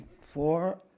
four